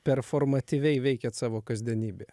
performatyviai veikiat savo kasdienybėje